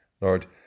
Lord